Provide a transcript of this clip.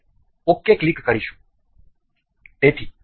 આપણે ok click કરીશું